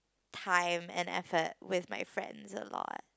time and effort with my friends a lot